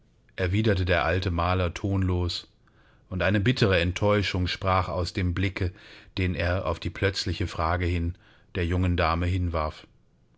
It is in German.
erwiderte der alte maler tonlos und eine bittere enttäuschung sprach aus dem blicke den er auf die plötzliche frage hin der jungen dame hinwarf